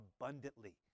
abundantly